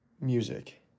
music